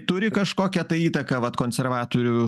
turi kažkokią tai įtaką vat konservatorių